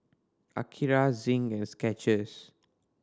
Akira Zin and Skechers